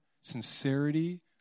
sincerity